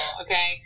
okay